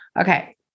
okay